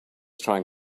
trying